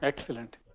Excellent